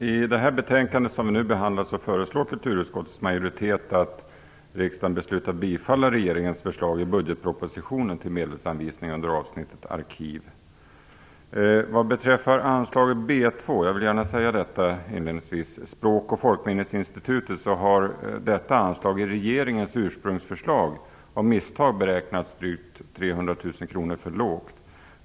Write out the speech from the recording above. Fru talman! I det betänkande som vi nu behandlar föreslår kulturutskottets majoritet att riksdagen beslutar bifalla regeringens förslag i budgetpropositionen om medelsanvisning under avsnittet Arkiv. Vad beträffar anslaget till Språk och folkminnesinstitutet, punkt B 2, vill jag gärna inledningsvis säga att anslaget i regeringens ursprungsförslag av misstag beräknats drygt 300 000 kr för lågt.